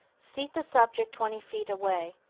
seat the subject twenty feet away.